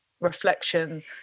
reflection